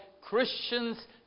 Christians